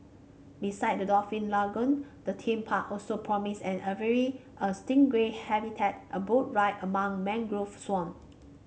besides the dolphin lagoon the theme park also promises an aviary a stingray habitat and boat ride among mangrove swamp